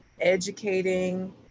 educating